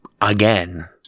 again